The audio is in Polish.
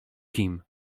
kim